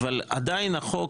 עשינו צחוקים,